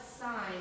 sign